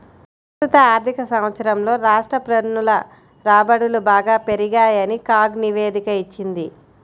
ప్రస్తుత ఆర్థిక సంవత్సరంలో రాష్ట్ర పన్నుల రాబడులు బాగా పెరిగాయని కాగ్ నివేదిక ఇచ్చింది